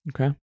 Okay